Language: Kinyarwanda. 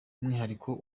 umwihariko